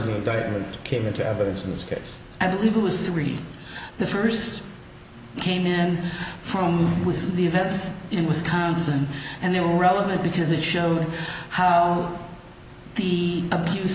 case i believe it was three the first came in from within the events in wisconsin and they were relevant because it showed how the abuse